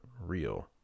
real